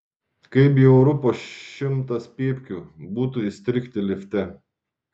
kaip bjauru po šimtas pypkių būtų įstrigti lifte